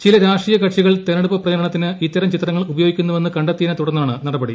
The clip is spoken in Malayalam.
ചില രാഷ്ട്രീയ കക്ഷികൾ തെരഞ്ഞെടുപ്പ് പ്രചരണത്തിന് ഇത്തരം ചിത്രങ്ങൾ ഉപയോഗിക്കുന്നുവെന്ന് കണ്ടെ ത്തിയതിനെ തുടർന്നാണ് നടപടി